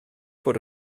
bod